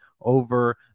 over